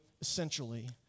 essentially